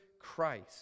Christ